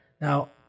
Now